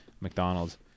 McDonald's